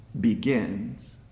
begins